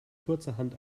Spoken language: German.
kurzerhand